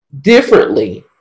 differently